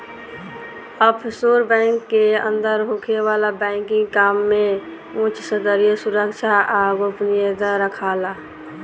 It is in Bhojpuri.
ऑफशोर बैंक के अंदर होखे वाला बैंकिंग काम में उच स्तरीय सुरक्षा आ गोपनीयता राखाला